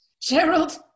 Gerald